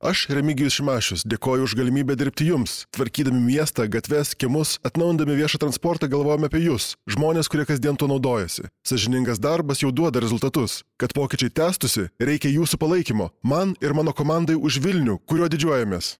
aš remigijus šimašius dėkoju už galimybę dirbti jums tvarkydami miestą gatves kiemus atnaujindami viešą transportą galvojom apie jus žmones kurie kasdien tuo naudojasi sąžiningas darbas jau duoda rezultatus kad pokyčiai tęstųsi reikia jūsų palaikymo man ir mano komandai už vilnių kuriuo didžiuojamės